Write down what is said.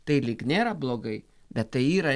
tai lyg nėra blogai bet tai yra